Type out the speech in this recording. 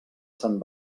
sant